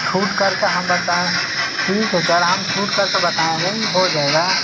छूट कर के हम बताएँ ठीक है सर हम छूट कर के बताएँ हैं हो जाएगा